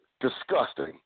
disgusting